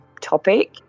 topic